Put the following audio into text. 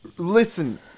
Listen